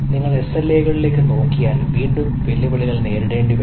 നിങ്ങൾ SLA കളിലേക്ക് നോക്കിയാൽ വീണ്ടും വെല്ലുവിളികൾ നേരിടേണ്ടിവരും